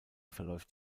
verläuft